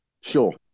Sure